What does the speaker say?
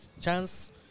chance